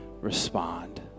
respond